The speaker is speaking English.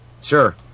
Sure